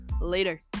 later